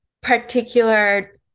Particular